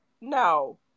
No